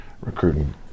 recruiting